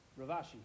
Ravashi